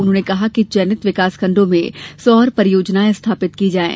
उन्होंने कहा कि चयनित विकासखण्डों में सौर परियोजनायें स्थापित की जाएँ